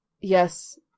yes